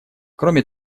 кроме